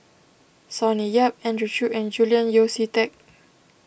Sonny Yap Andrew Chew and Julian Yeo See Teck